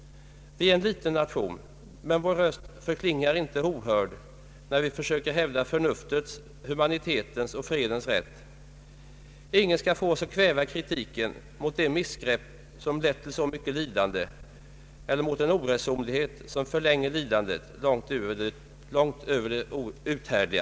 Vi är en liten nation, men vår röst klingar inte ohörd när vi försöker hävda förnuftets, humanitetens och fredens rätt. Ingen skall kunna kväva kritiken mot de missgrepp som lett till så mycket lidande eller mot en oresonlighet som förlänger lidandet långt utöver det uthärdliga.